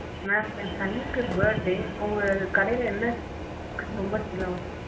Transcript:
ma'am என் சன்னுக்கு birthday உங்கள் கடையில என்ன ரொம்ப சேலாகும்